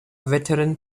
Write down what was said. veteran